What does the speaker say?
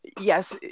yes